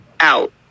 out